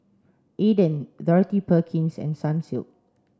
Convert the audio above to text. Aden Dorothy Perkins and Sunsilk